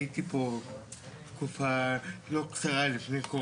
הייתי פה תקופה לא קצרה לפני הקורונה.